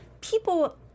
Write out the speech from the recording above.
people